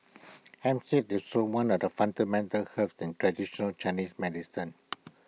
hemp seed is also one of the fundamental herbs in traditional Chinese medicine